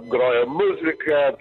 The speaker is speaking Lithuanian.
groja muzika